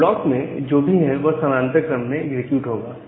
और ब्लॉक में जो भी है यह समांतर क्रम में एग्जीक्यूट होगा